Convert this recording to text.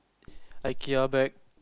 Ikea bag